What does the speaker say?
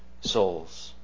souls